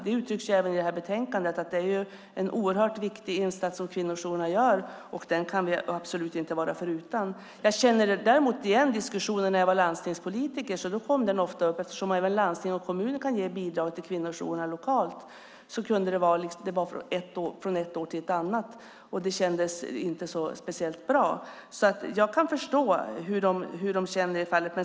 Det uttrycks även i betänkandet att det är en oerhört viktig insats som kvinnojourerna gör som vi absolut inte kan vara förutan. Jag känner däremot igen diskussionen från den tid då jag var landstingspolitiker. Då kom den ofta upp eftersom även landsting och kommuner kan ge bidrag till kvinnojourerna lokalt. Det kunde variera från ett år till ett annat, och det kändes inte speciellt bra. Jag kan förstå hur kvinnojourerna känner det.